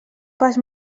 pas